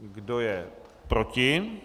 Kdo je proti?